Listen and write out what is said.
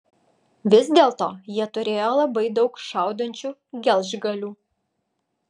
vis dėlto jie turėjo labai daug šaudančių gelžgalių